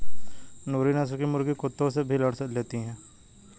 नूरी नस्ल की मुर्गी कुत्तों से भी लड़ लेती है